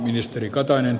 arvoisa puhemies